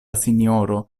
sinjoro